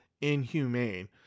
inhumane